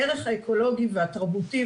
הערך האקולוגי והתרבותי